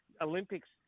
olympics